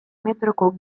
metroko